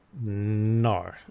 no